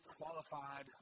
qualified